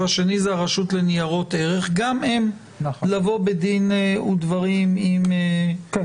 השני זה הרשות לניירות ערך גם הם לבוא בדין ודברים עם -- כן,